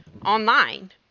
Online